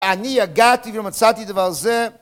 אני יגעתי ולא מצאתי את הדבר הזה.